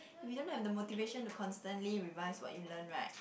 if you don't have the motivation to constantly revise what you learn right